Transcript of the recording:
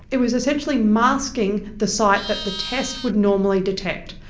it was essentially masking the site that the test would normally detect.